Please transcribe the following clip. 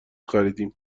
خریدیم